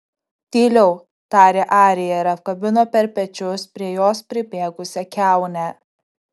tyliau tarė arija ir apkabino per pečius prie jos pribėgusią kiaunę